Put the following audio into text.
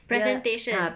presentation